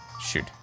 Shoot